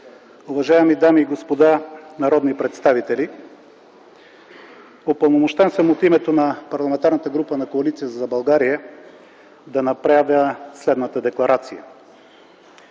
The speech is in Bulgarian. уважаеми дами и господа народни представители! Упълномощен съм от името на Парламентарната група на Коалиция за България да направя следната: